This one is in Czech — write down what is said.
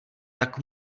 tak